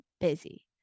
busy